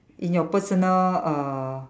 in your personal err